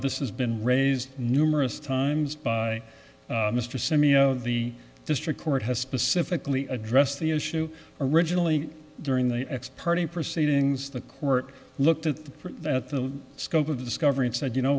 this has been raised numerous times by mr simeon of the district court has specifically addressed the issue originally during the x party proceedings the court looked at the at the scope of the discovery and said you know